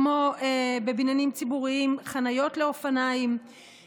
כמו חניות לאופניים בבניינים ציבוריים,